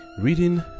reading